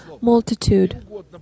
Multitude